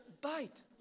bite